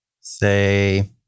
say